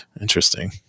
Interesting